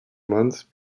months